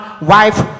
wife